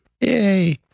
Yay